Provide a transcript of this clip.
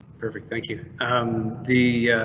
perfect thank you um the.